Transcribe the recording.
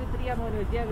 ir priemonių dėl